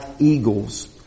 eagles